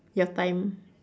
your time